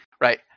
Right